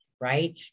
right